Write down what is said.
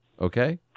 Okay